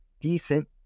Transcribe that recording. decent